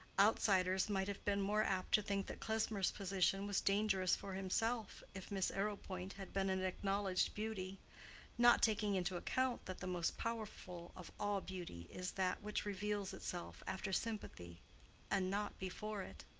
outsiders might have been more apt to think that klesmer's position was dangerous for himself if miss arrowpoint had been an acknowledged beauty not taking into account that the most powerful of all beauty is that which reveals itself after sympathy and not before it